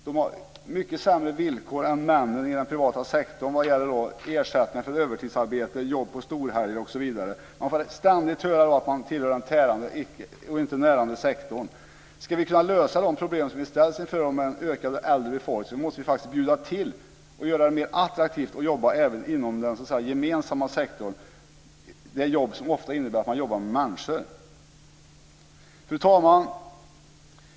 De har mycket sämre villkor än männen i den privata sektorn när det gäller ersättning för övertidsarbete, jobb på storhelger, osv. De får ständigt höra att de tillhör den tärande och inte den närande sektorn. Om vi ska kunna lösa de problem som vi ställs inför med en ökande äldre befolkning måste vi faktiskt bjuda till och göra det mer attraktivt att jobba även inom den gemensamma sektorn, ett jobb som ofta innebär att man jobbar med människor. Fru talman!